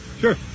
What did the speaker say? Sure